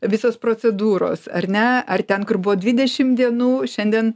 visos procedūros ar ne ar ten kur buvo dvidešim dienų šiandien